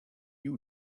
you